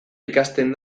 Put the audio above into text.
ikasten